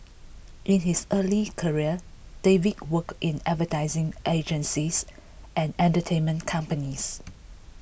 in his early career David worked in advertising agencies and entertainment companies